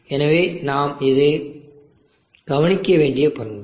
எனவே இது நாம் கவனிக்க வேண்டிய பண்பு